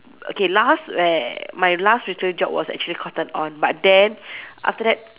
okay last where my last recent job was actually cotton on but then after that